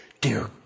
dear